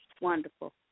wonderful